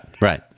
Right